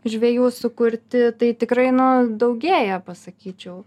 žvejų sukurti tai tikrai nu daugėja pasakyčiau